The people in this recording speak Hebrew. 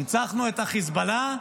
ניצחנו את חיזבאללה.